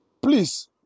please